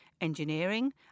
engineering